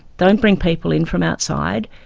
don't bring people in from outside,